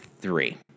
three